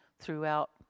throughout